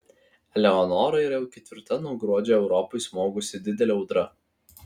eleonora yra jau ketvirta nuo gruodžio europai smogusi didelė audra